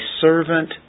servant